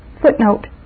footnote